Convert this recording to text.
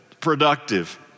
productive